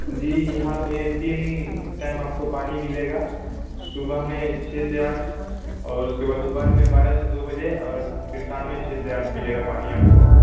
जी यहाँ पर तीन टाइम आपको पानी मिलेगा सुबह में छः से आठ और उसके बाद दोपहर में बारह से दो बजे और फिर शाम में छः से आठ मिलेगा पानी आपको